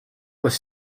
was